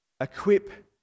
equip